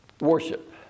Worship